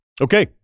Okay